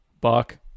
Buck